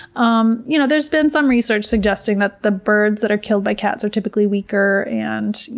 um you know there's been some research suggesting that the birds that are killed by cats are typically weaker. and, you